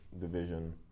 division